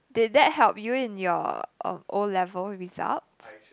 did that help you in your uh O level results